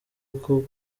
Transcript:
uko